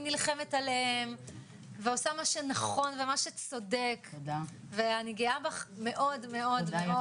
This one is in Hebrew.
היא נלחמת עליהם ועושה מה שנכון ומה שצודק ואני גאה בך מאוד מאוד,